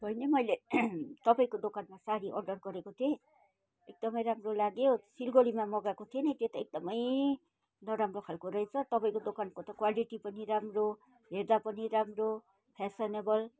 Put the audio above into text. बहिनी मैले तपाईँको दोकानमा साडी अर्डर गरेको थिएँ एकदमै राम्रो लाग्यो सिलगढीमा मँगाको थिएँ नि त्यो त एकदमै नराम्रो खालको रहेछ तपाईँको दोकानको त क्वालिटी पनि राम्रो हेर्दा पनि राम्रो फ्यासनेबल